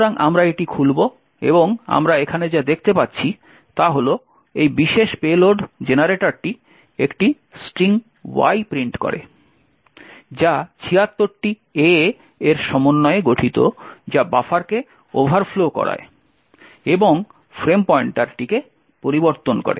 সুতরাং আমরা এটি খুলব এবং আমরা এখানে যা দেখতে পাচ্ছি তা হল এই বিশেষ পেলোড জেনারেটরটি একটি sring Y প্রিন্ট করে যা 76 টি A এর সমন্বয়ে গঠিত যা বাফারকে ওভারফ্লো করায় এবং ফ্রেম পয়েন্টারটিকে পরিবর্তন করে